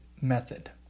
method